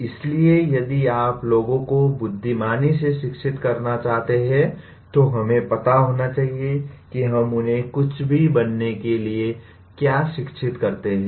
इसलिए यदि आप लोगों को बुद्धिमानी से शिक्षित करना चाहते हैं तो हमें पता होना चाहिए कि हम उन्हें कुछ भी बनने के लिए क्या शिक्षित करते हैं